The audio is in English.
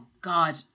God